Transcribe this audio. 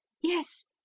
Yes